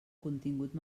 contingut